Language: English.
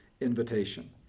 invitation